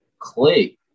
click